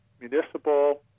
municipal